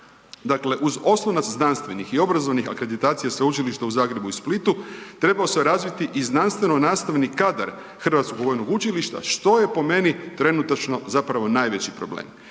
Dakle, uz oslonac znanstvenih i obrazovnih akreditacija sveučilišta u Zagrebu i Splitu treba se razviti i znanstveno-nastavni kadar Hrvatskog vojno učilišta što je po meni trenutačno zapravo najveći problem.